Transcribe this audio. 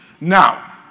Now